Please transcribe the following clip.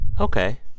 okay